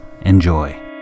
Enjoy